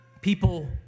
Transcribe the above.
people